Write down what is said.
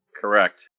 Correct